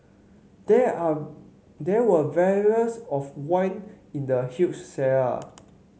there are there were barrels of wine in the huge cellar